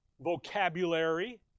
vocabulary